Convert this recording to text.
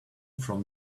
from